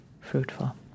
fruitful